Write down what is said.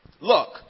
Look